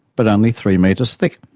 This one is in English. but only three meters thick.